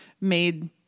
made